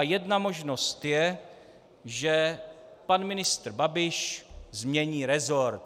Jedna možnost je, že pan ministr Babiš změní rezort.